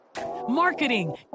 marketing